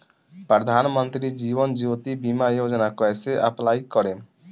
प्रधानमंत्री जीवन ज्योति बीमा योजना कैसे अप्लाई करेम?